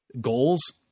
goals